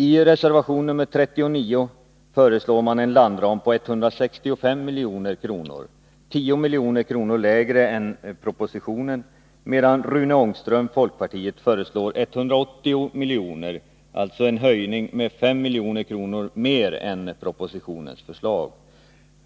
I reservation nr 39 föreslår man en landram på 165 milj.kr. — 10 milj.kr. lägre än i propositionen — medan Rune Ångström, folkpartiet, föreslår 180 miljoner — alltså en höjning med 5 milj.kr. mer än propositionens förslag.